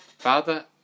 Father